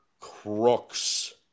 crooks